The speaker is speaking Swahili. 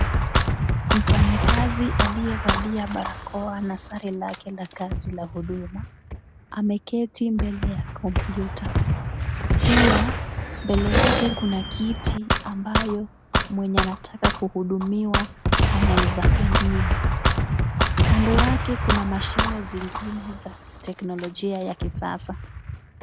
Mfanyikazi aliyevalia barakoa na sare lake la kazi la huduma ameketi mbele ya kompyuta. Pia mbele yake kuna kiti ambayo mwenye anataka kuhudumiwa anaweza kalia. Kando yake kuna mashine zingine za teknolojia ya kisasa.